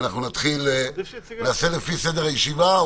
נעשה לפי סדר הישיבה?